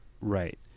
Right